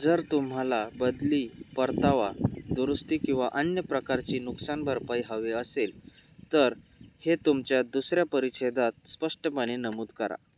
जर तुम्हाला बदली परतावा दुरुस्ती किंवा अन्य प्रकारची नुकसान भरपाई हवी असेल तर हे तुमच्या दुसऱ्या परिच्छेदात स्पष्टपणे नमूद करा